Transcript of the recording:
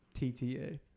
TTA